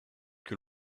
que